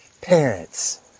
parents